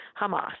Hamas